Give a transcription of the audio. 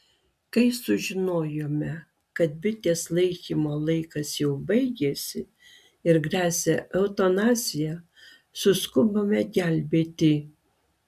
kai sužinojome kad bitės laikymo laikas jau baigėsi ir gresia eutanazija suskubome gelbėti